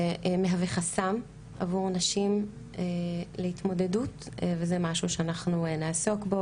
זה מהווה חסם עבור נשים להתמודדות וזה משהו שאנחנו נעסוק בו,